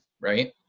right